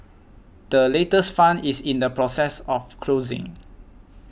the latest fund is in the process of closing